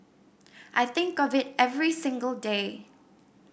I think of it every single day